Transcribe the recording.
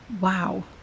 Wow